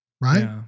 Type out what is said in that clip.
right